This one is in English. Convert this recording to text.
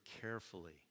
carefully